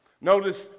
Notice